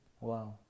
Wow